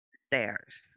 stairs